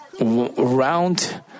round